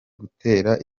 gutera